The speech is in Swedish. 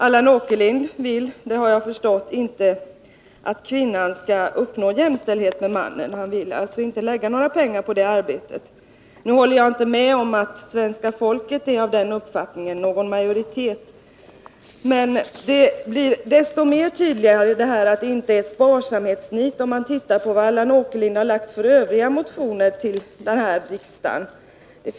Allan Åkerlind vill inte, har jag förstått, att kvinnan skall uppnå jämställdhet med mannen, och därför vill han inte lägga några pengar på jämställdhetsarbetet. Nu håller jag inte med om att en majoritet av svenska folket har samma uppfattning som Allan Åkerlind. Desto tydligare blir det att det inte är sparsamhetsnitet som driver Allan Åkerlind, om man tittar på vilka övriga motioner han har väckt här i riksdagen.